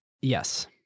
Yes